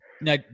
Now